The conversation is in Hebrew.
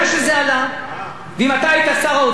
ואם אתה היית שר האוצר, היית נוהג אותו דבר.